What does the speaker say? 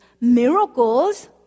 miracles